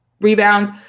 rebounds